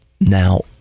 Now